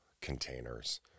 containers